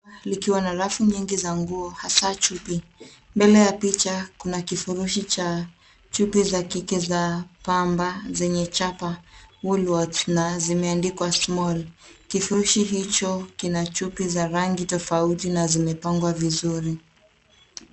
likiwa na rafu nyingi za nguo hasa chupi. Mbele ya picha kuna kifurishi cha chupi za kike za pamba zenye chapa Woolworth na zimeandikwa small . Kifurishi hicho kina chupi za rangi tofauti na zimepangwa vizuri.